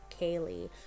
Kaylee